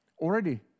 Already